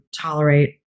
tolerate